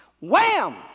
Wham